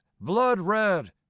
blood-red